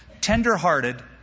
tender-hearted